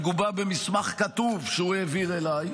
מגובה במסמך כתוב שהוא העביר אליי,